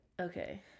Okay